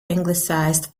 anglicised